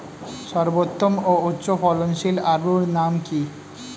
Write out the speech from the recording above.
সর্বোত্তম ও উচ্চ ফলনশীল আলুর নাম কি?